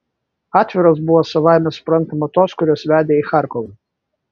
atviros buvo savaime suprantama tos kurios vedė į charkovą